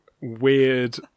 weird